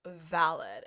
valid